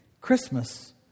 Christmas